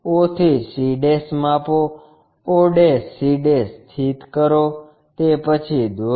o થી c માપો o c સ્થિત કરો તે પછી દોરો